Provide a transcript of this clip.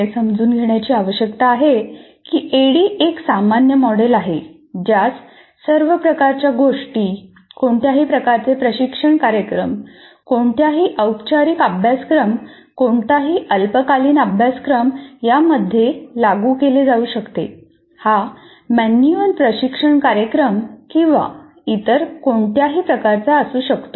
हे समजून घेण्याची आवश्यकता आहे की ऍडी एक सामान्य मॉडेल आहे ज्यास सर्व प्रकारच्या गोष्टी कोणत्याही प्रकारचे प्रशिक्षण कार्यक्रम कोणताही औपचारिक अभ्यासक्रम कोणताही अल्पकालीन अभ्यासक्रम यांमध्ये लागू केले जाऊ शकते हा मॅन्युअल प्रशिक्षण कार्यक्रम किंवा इतर कोणत्याही प्रकारचा असू शकतो